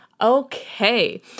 Okay